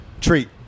treat